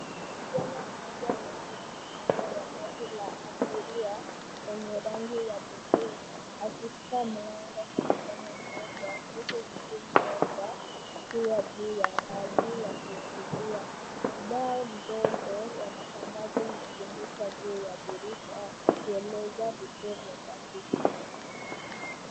Kijana mmoja amesimama kando ya basi la abiria lenye rangi ya buluu akishika mlango kwa mkono mmoja huku mguu mmoja huwa juu ya ngazi ya kuingilia. Ubao mdogo wa matangazo umetundikwa juu ya dirisha ikieleza vituo vya basi hilo.